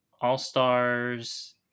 All-Stars